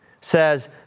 Says